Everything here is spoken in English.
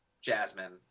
Jasmine